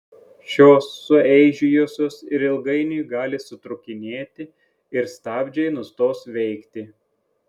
šios sueižėjusios ir ilgainiui gali sutrūkinėti ir stabdžiai nustos veikti